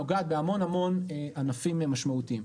היא נוגעת בהמון המון ענפים משמעותיים,